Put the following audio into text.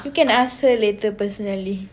you can ask her later personally